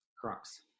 crux